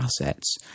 assets